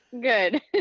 Good